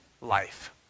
life